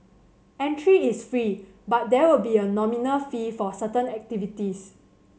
entry is free but there will be a nominal fee for certain activities